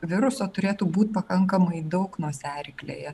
viruso turėtų būti pakankamai daug nosiaryklėje